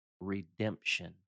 redemption